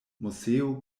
moseo